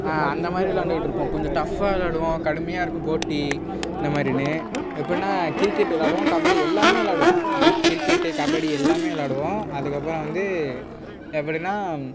அந்த மாதிரி விளாண்டுட்ருப்போம் கொஞ்சம் டஃப்பாக விளாடுவோம் கடுமையாக இருக்கும் போட்டி இந்த மாதிரின்னு எப்புடின்னா கிரிக்கெட் விளாடுவோம் கபடி எல்லாமே விளாடுவோம் கிரிக்கெட் கபடி எல்லாமே விளாடுவோம் அதுக்கப்பறம் வந்து எப்படினா